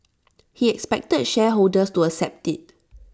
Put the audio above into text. he expected shareholders to accept IT